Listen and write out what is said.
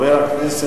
מליאה.